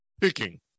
picking